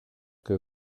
que